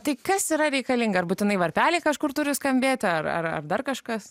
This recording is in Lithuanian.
tai kas yra reikalinga ar būtinai varpeliai kažkur turi skambėti ar ar ar dar kažkas